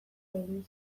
egin